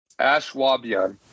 Ashwabian